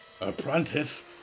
Apprentice